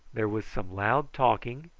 there was some loud talking,